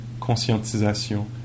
conscientisation